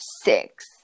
six